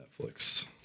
Netflix